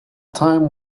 time